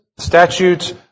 statutes